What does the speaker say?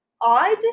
odd